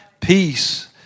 Peace